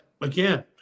again